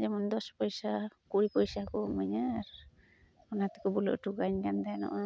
ᱡᱮᱢᱚᱱ ᱫᱚᱥ ᱯᱚᱭᱥᱟ ᱠᱩᱲᱤ ᱯᱚᱭᱥᱟᱠᱚ ᱤᱢᱟᱹᱧᱟ ᱟᱨ ᱚᱱᱟᱛᱮᱠᱚ ᱵᱩᱞᱟᱹᱣ ᱚᱴᱚᱠᱟᱹᱧ ᱠᱟᱱ ᱛᱮᱦᱮᱱᱚᱜᱼᱟ